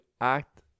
act